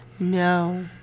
No